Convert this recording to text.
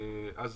אז